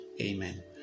amen